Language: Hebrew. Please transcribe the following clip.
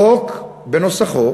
החוק, בנוסחו